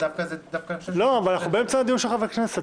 דווקא אני חושב --- אבל אנחנו באמצע הדיון של חברי הכנסת,